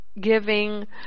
giving